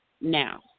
now